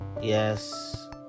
Yes